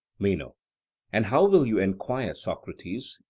meno and how will you enquire, socrates,